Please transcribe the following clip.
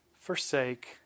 forsake